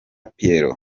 pierrot